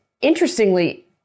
interestingly